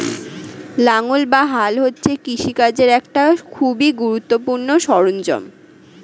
লাঙ্গল বা হাল হচ্ছে কৃষিকার্যের একটি খুবই গুরুত্বপূর্ণ সরঞ্জাম